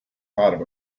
thought